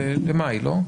במאי, לא?